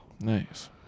Nice